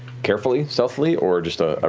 carefully, stealthily, or just a ah